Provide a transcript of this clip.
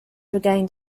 regained